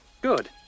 Good